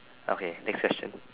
okay next question